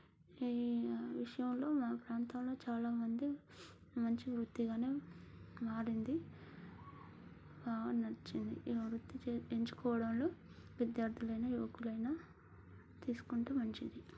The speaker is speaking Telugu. ఈ విషయంలో మా ప్రాంతంలో చాలామంది మంచి వృత్తిగానే మారింది నచ్చింది ఈ వృత్తి ఎంచుకోవడంలో విద్యార్థులైన యువకులైన తీసుకుంటే మంచిది